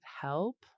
help